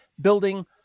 building